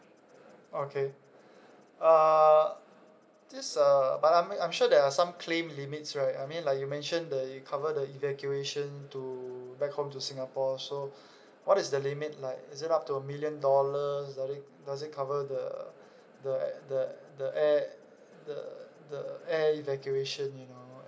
okay uh this uh but I mean I'm sure there are some claim limits right I mean like you mentioned they cover the evacuation to back home to singapore so what is the limit like is it up to a million dollars does it does it cover the the the the air the the air evacuation you know